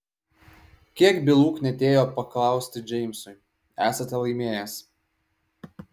kiek bylų knietėjo paklausti džeimsui esate laimėjęs